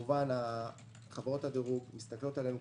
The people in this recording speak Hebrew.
חברות הדירוג מסתכלות עלינו,